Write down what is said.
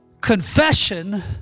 Confession